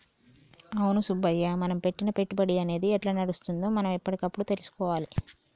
అవును సుబ్బయ్య మనం పెట్టిన పెట్టుబడి అనేది ఎట్లా నడుస్తుందో మనం ఎప్పటికప్పుడు తెలుసుకోవాలి